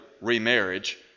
remarriage